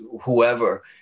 whoever